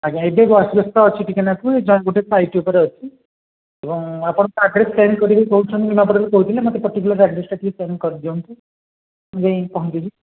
ଆଜ୍ଞା ଏବେ ଜଷ୍ଟ ବ୍ୟସ୍ତ ଅଛି ଟିକେ ନାକୁ ଏହି ଜଷ୍ଟ ସାଇଟ୍ ଉପରେ ଅଛି ଏବଂ ଆପଣଙ୍କ ଆଡ଼୍ରେସ୍ ସେଣ୍ଡ୍ କରିବେ କହୁଛନ୍ତି ନିମପଡ଼ାରୁ କହୁଥିଲେ ମୋତେ ପାର୍ଟିକୁଲାର୍ ଆଡ଼୍ରେସଟା ଟିକେ ସେଣ୍ଡ୍ କରି ଦିଅନ୍ତୁ ମୁଁ ଯାଇଁକି ପହଞ୍ଚୁଛି